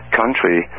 country